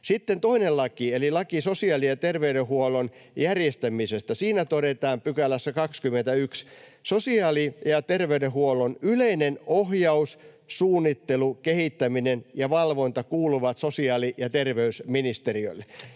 Sitten toisessa laissa, laissa sosiaali- ja terveydenhuollon järjestämisestä, todetaan 21 §:ssä: ”Sosiaali- ja terveydenhuollon yleinen ohjaus, suunnittelu, kehittäminen ja valvonta kuuluvat sosiaali- ja terveysministeriölle.”